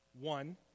One